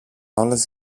όλες